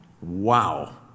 Wow